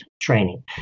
training